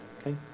okay